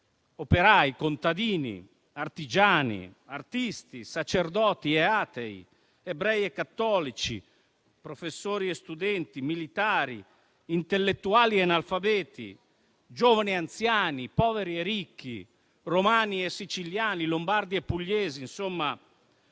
operai, contadini, artigiani, artisti, sacerdoti e atei, ebrei e cattolici, professori e studenti, militari, intellettuali e analfabeti, giovani e anziani, poveri e ricchi, romani e siciliani, lombardi e pugliesi. Insomma